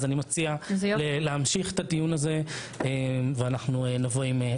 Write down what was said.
אז אני מציע להמשיך את הדיון ואנחנו נבוא עם דברים יותר מדויקים.